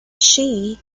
she